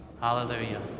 Hallelujah